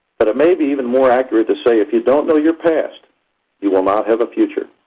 but it may be even more accurate to say, if you don't know your past you will not have a future.